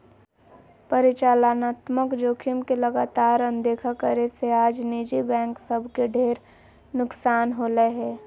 परिचालनात्मक जोखिम के लगातार अनदेखा करे से आज निजी बैंक सब के ढेर नुकसान होलय हें